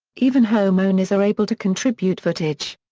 even home owners are able to contribute footage.